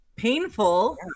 Painful